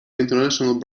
international